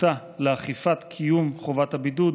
נחיצותה לאכיפת קיום חובת הבידוד,